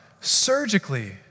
surgically